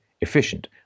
efficient